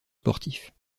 sportifs